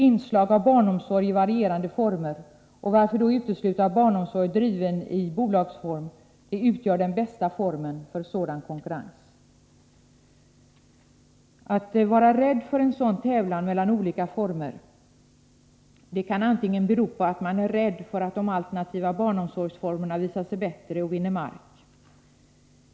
Inslag av barnomsorg i varierande former — varför då utesluta barnomsorg driven i aktiebolagsform? —- utgör den bästa formen för sådan konkurrens. Att vara rädd för en tävlan av det här slaget mellan olika former kan bero på att man är rädd för att de alternativa barnomsorgsformerna visar sig vara bättre och därmed vinner mark.